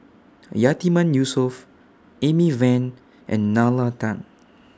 Yatiman Yusof Amy Van and Nalla Tan